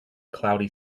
cloudy